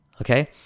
okay